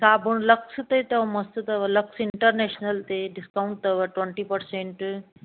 साबुण लक्स ते अथव मस्त अथव लक्स इन्टरनेशनल ते डिस्काउंट अथव ट्वेन्टी पर्सेन्ट